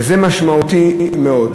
וזה משמעותי מאוד.